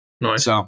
Nice